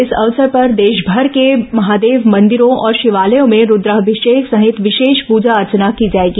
इस अवसर पर देशभर के महादेव मंदिरों और शिवालयों में रूद्राभिषेक सहित विशेष पूजा अर्चना की जाएगी